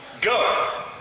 Go